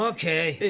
Okay